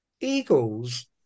eagles